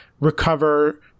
recover